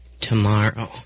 tomorrow